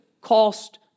cost